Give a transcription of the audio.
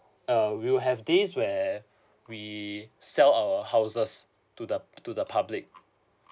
uh we will have this where we sell our houses to the to the public